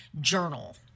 Journal